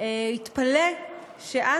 הוא התפלא שאנו,